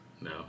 No